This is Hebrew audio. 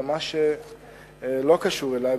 במה שלא קשור אלי,